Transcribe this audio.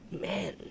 man